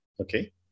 Okay